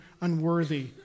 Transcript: unworthy